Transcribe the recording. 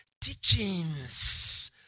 teachings